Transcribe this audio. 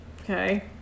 Okay